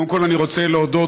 קודם כול, אני רוצה להודות: